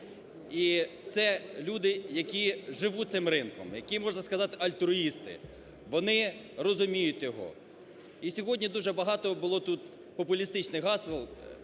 і це люди, які живуть цим ринком, які, можна сказати, альтруїсти, вони розуміють його. І сьогодні дуже багато було тут популістичних гасел,